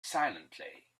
silently